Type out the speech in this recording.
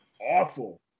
awful